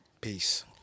Peace